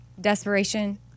desperation